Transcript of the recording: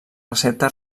recepta